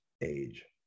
age